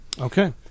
Okay